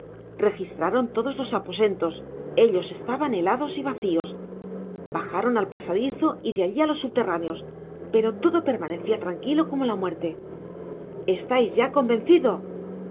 registraron todos los aposentos ellos estaban helados y vacios bajaron al pasadizo y de alli á los subterráneos pero todo permanecia tranquilo como la muerte estais ya convencido